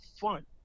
fun